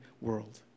world